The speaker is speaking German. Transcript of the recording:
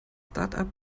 startup